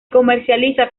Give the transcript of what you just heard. comercializa